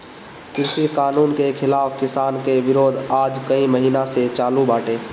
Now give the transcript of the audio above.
कृषि कानून के खिलाफ़ किसान के विरोध आज कई महिना से चालू बाटे